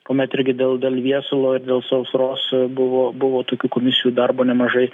kuomet irgi dėl dėl viesulo ir dėl sausros buvo buvo tokių komisijų darbo nemažai